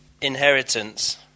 Inheritance